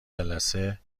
جلسه